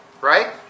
Right